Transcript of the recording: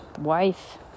wife